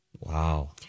Wow